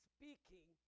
Speaking